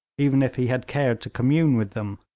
even if he had cared to commune with them.